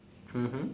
mmhmm